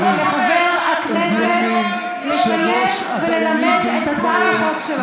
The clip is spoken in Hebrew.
תנו לחבר הכנסת לנמק את הצעת החוק שלו.